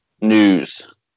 news